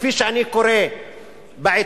כפי שאני קורא בעיתון,